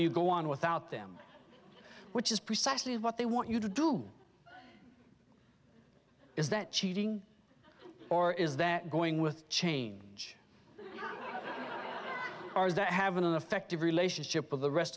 you go on without them which is precisely what they want you to do is that cheating or is that going with change are that have an effect of relationship with the rest